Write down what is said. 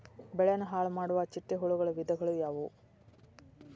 ಬೆಳೆನ ಹಾಳುಮಾಡುವ ಚಿಟ್ಟೆ ಹುಳುಗಳ ವಿಧಗಳು ಯಾವವು?